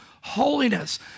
holiness